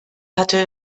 hatte